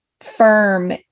firm